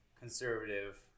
conservative